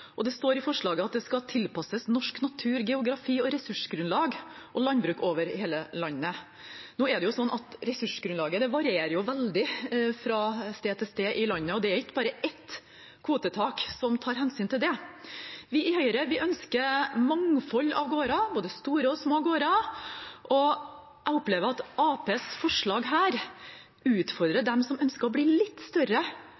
og det står i forslaget at det skal tilpasses norsk natur, geografi og ressursgrunnlag og landbruk over hele landet. Nå er det sånn at ressursgrunnlaget varierer veldig fra sted til sted i landet, og det er ikke bare ett kvotetak som tar hensyn til det. Vi i Høyre ønsker et mangfold av gårder, både store og små gårder, og jeg opplever at Arbeiderpartiets forslag her utfordrer